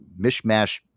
mishmash